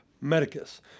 Medicus